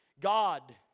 God